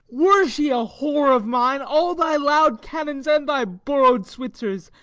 were she a whore of mine, all thy loud cannons, and thy borrow'd switzers,